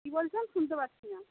কী বলছেন শুনতে পাচ্ছিনা